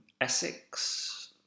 Essex